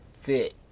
fit